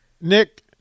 Nick